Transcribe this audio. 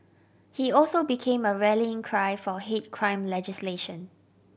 he also became a rallying cry for hate crime legislation